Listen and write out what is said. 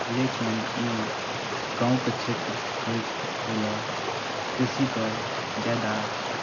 लेकिन ई गाँवके क्षेत्र होइ होइ लेल कृषिकेँ ज्यादा